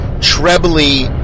trebly